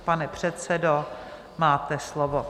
Pane předsedo, máte slovo.